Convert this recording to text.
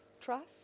Trust